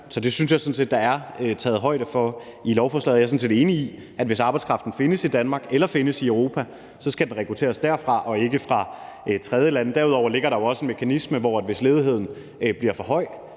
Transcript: så det synes jeg sådan set at der er taget højde for i lovforslaget. Og jeg er sådan set enig i, at hvis arbejdskraften findes i Danmark eller findes i Europa, så skal den rekrutteres derfra og ikke fra tredjelande. Derudover ligger der jo også en mekanisme i, at hvis ledigheden bliver for høj,